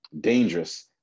dangerous